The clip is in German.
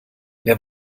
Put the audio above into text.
wer